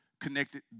connected